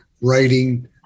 writing